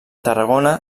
tarragona